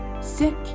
sick